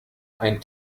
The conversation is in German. ein